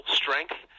strength